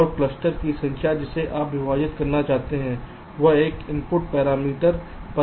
और क्लस्टर की संख्या जिसे आप विभाजित करना चाहते हैं वह एक इनपुट पैरामीटर पर भी हो सकता है